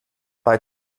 bei